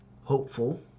hopeful